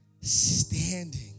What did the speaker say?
standing